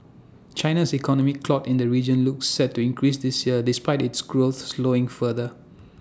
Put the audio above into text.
China's economic clout in the region looks set to increase this year despite its growth slowing further